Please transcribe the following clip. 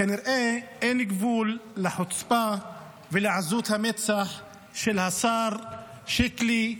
כנראה אין גבול לחוצפה ולעזות המצח של השר שיקלי,